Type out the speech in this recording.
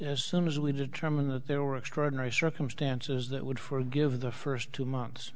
as soon as we determine that there were extraordinary circumstances that would forgive the first two